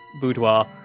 boudoir